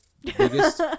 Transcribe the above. biggest